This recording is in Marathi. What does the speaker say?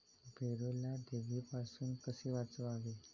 पेरूला देवीपासून कसे वाचवावे?